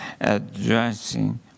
addressing